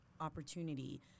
opportunity